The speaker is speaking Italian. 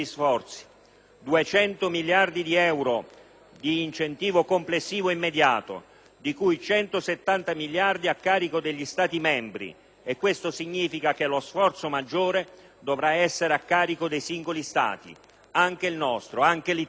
200 miliardi di euro di incentivo complessivo immediato, di cui 170 miliardi a carico degli Stati membri. Questo significa che lo sforzo maggiore dovrà essere a carico dei singoli Stati, Italia compresa. Così la